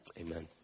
Amen